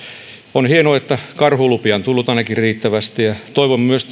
on hienoa että ainakin karhulupia on tullut riittävästi ja toivon myös